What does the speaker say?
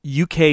UK